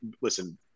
Listen